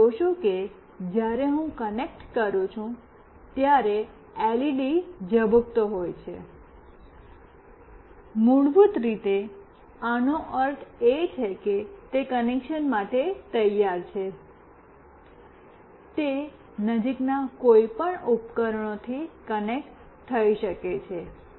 તમે જોશો કે જ્યારે હું કનેક્ટ કરું છું ત્યારે આ એલઇડી ઝબકતો હોય છે મૂળભૂત રીતે આનો અર્થ એ કે તે કનેક્શન માટે તૈયાર છે તે નજીકના કોઈપણ ઉપકરણોથી કનેક્ટ થઈ શકે છે